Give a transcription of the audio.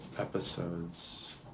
episodes